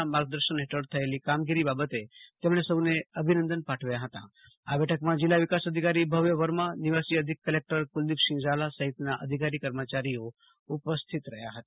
ના માર્ગદર્શન હેઠળ થયેલી કામગીરી બાબતે તેમણે સૌને અભિનંદન પાઠવ્યા હતા આ બેઠકમાં જિલ્લા વિકાસ અધિકારી ભવ્ય વર્મા નિવાસી અધિક કલેકટર કુલદીપસિંહ ઝાલા સહિતના અધિકારીકર્મચારીઓ ઉપસ્થિત રહ્યા હતા